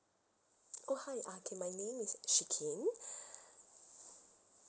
oh hi uh okay my name is shikin